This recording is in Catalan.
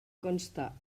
constar